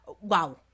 Wow